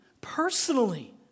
personally